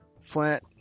Flint